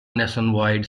nationwide